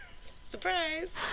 Surprise